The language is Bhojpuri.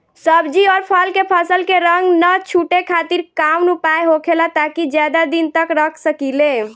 सब्जी और फल के फसल के रंग न छुटे खातिर काउन उपाय होखेला ताकि ज्यादा दिन तक रख सकिले?